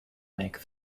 make